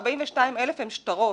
42,000 הם שטרות.